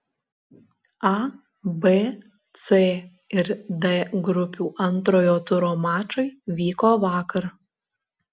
a b c ir d grupių antrojo turo mačai vyko vakar